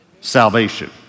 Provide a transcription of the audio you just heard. salvation